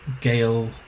Gale